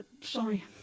Sorry